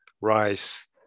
rice